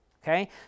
Okay